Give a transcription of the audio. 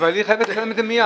חייבת לשלם את זה מיד.